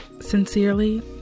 sincerely